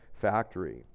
factory